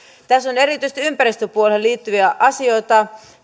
tässä on erityisesti ympäristöpuoleen liittyviä asioita